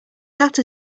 that